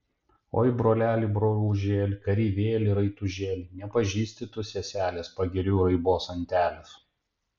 oi broleli brolužėli kareivėli raitužėli nepažįsti tu seselės pagirių raibos antelės